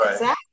Right